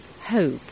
hope